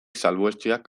salbuetsiak